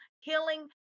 Healing